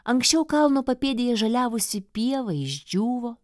anksčiau kalno papėdėje žaliavusi pieva išdžiūvo